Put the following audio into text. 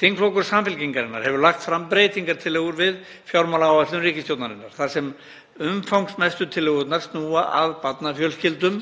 Þingflokkur Samfylkingarinnar hefur lagt fram breytingartillögur við fjármálaáætlun ríkisstjórnarinnar þar sem umfangsmestu tillögurnar snúa að barnafjölskyldum,